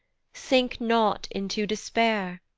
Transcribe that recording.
sink not into despair,